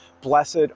Blessed